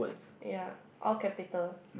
yea all capital